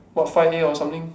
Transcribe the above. or five A or something